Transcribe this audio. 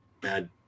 bad